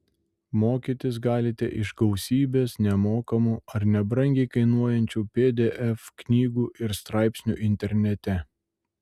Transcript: mokytis galite iš gausybės nemokamų ar nebrangiai kainuojančių pdf knygų ir straipsnių internete